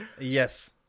Yes